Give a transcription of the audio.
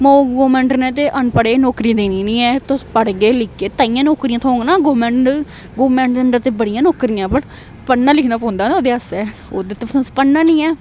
मौ गौरमेंट न ने ते अनपढ़े नौकरी देनी निं ऐ तुस पढ़गे लिखगे ताइयें नौकरियां थ्होङ ना गौरमेंट गौरमैंट दे अडर ते बड़ियां नौकरियां पर पढ़ना लिखना पौंदा ना ओह्दे आस्तै ओह्दे तु पढ़ना नं ऐ